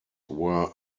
were